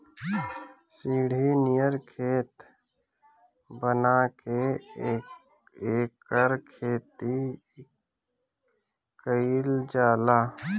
सीढ़ी नियर खेत बना के एकर खेती कइल जाला